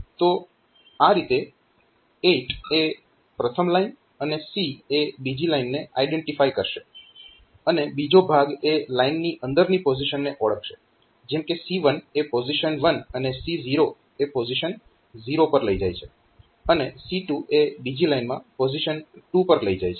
તો આ રીતે 8 એ પ્રથમ લાઇન અને C એ બીજી લાઇનને આઈડેન્ટિફાય કરશે અને બીજો ભાગ એ લાઇનની અંદરની પોઝીશનને ઓળખશે જેમ કે C1 એ પોઝીશન 1 અને C0 એ પોઝીશન 0 પર લઈ જાય છે અને C2 એ બીજી લાઇનમાં પોઝીશન 2 પર લઈ જાય છે